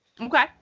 Okay